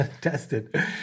tested